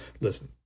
listen